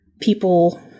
people